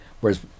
Whereas